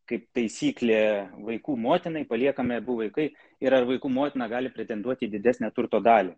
kaip taisyklė vaikų motinai paliekami abu vaikai ir ar vaikų motina gali pretenduoti į didesnę turto dalį